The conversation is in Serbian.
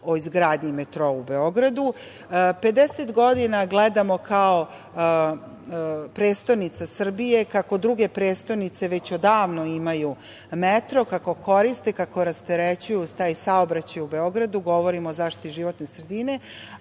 o izgradnji metroa u Beogradu, 50 godina gledamo kao prestonica Srbije kako druge prestonice već odavno imaju metro, kako koriste, kako rasterećuju taj saobraćaj u Beogradu, govorim o zaštiti životne sredine,